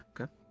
Okay